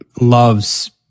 loves